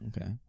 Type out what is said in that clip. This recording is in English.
Okay